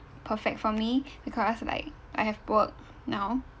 perfect for me because like I have work now